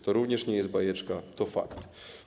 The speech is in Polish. To również nie jest bajeczka, to fakt.